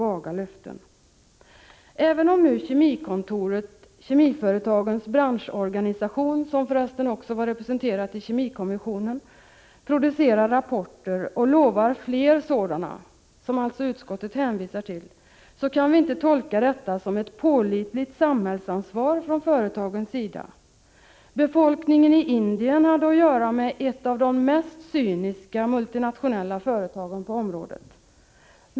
Även om det förhåller sig som utskottet säger, att Kemikontoret, kemiföretagens branschorganisation — som för övrigt också var representerad i kemikommissionen — producerar rapporter och utlovar fler sådana, kan vi inte tolka detta så att det föreligger ett pålitligt samhällsansvar från företagens sida. Befolkningen i Indien hade att göra med ett av de cyniska multinationella företagen på området.